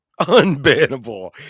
unbannable